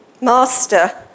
Master